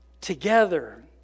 together